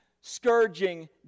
scourging